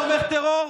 תומך טרור?